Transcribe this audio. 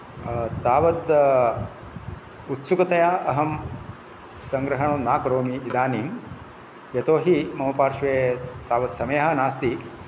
तावत् उत्सुकतया अहं संग्रहणं न करोमि इदानीं यतो हि मम पार्श्वे तावत् समयः नास्ति